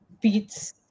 beats